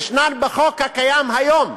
יש בחוק הקיים היום,